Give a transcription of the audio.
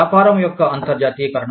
వ్యాపారం యొక్క అంతర్జాతీయకరణ